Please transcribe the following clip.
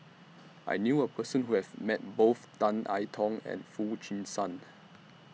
I knew A Person Who has Met Both Tan I Tong and Foo Chee San